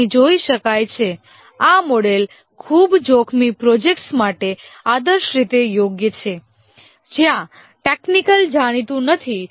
અહીં જોઇ શકાય છે આ મોડેલ ખૂબ જોખમી પ્રોજેક્ટ્સ માટે આદર્શ રીતે યોગ્ય છે જ્યાં ટેકનિકલ જાણીતું નથી